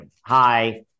Hi